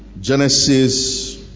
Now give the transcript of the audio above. Genesis